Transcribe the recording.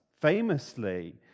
famously